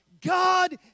God